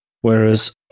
Whereas